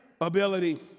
Ability